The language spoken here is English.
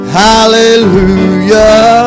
hallelujah